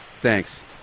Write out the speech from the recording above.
Thanks